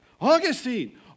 Augustine